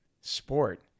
sport